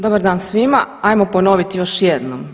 Dobar dan svima, ajmo ponoviti još jednom.